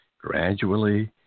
gradually